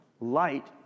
Light